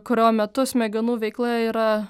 kurio metu smegenų veikla yra